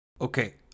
Okay